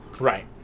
Right